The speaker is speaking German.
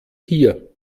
hier